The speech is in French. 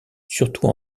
surtout